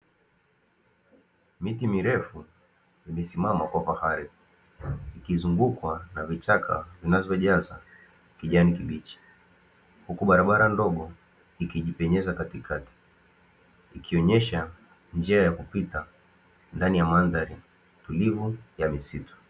Miti mirefu imesimama kwa fahari ikizungukwa na vichaka vinavyojaza kijani kibichi, huku barabara ndogo ikijipenyeza katikati ikionyesha njia ya kupita ndani ya madhari ya utulivu ya misitu.